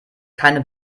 keine